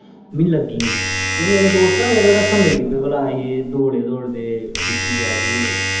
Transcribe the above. मीं लग्गी नेईं ते मेरे दोस्त ना मेरे पर हस्सन लगी पे दौड़दे दौड़दे डिग्गी पेआ एह्